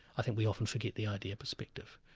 i think we often forget the idea perspective,